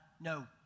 no